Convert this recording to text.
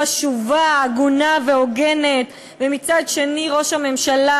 חשובה, הגונה והוגנת, ומצד שני, ראש הממשלה,